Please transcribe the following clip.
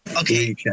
Okay